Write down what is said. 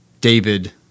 David